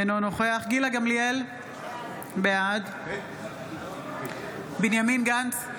אינו נוכח גילה גמליאל, בעד בנימין גנץ,